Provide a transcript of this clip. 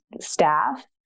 staff